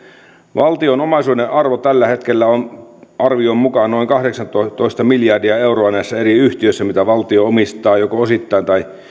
valtion omaisuuden arvo tällä hetkellä on arvion mukaan noin kahdeksantoista miljardia euroa näissä eri yhtiöissä mitä valtio omistaa joko osittain tai